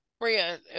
Maria